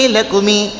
Lakumi